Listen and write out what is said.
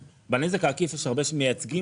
בנזק העקיף יש הרבה שמייצגים,